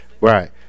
right